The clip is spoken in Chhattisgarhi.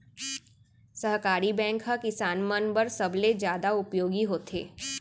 सहकारी बैंक ह किसान मन बर सबले जादा उपयोगी होथे